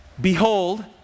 behold